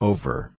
Over